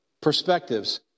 perspectives